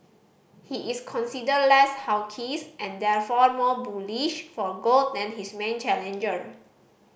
he is considered less hawks and therefore more bullish for gold than his main challenger